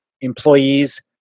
employees